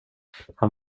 han